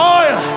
oil